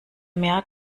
mehr